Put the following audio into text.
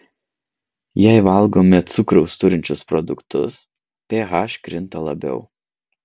jei valgome cukraus turinčius produktus ph krinta labiau